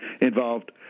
involved